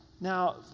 Now